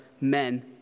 men